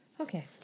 Okay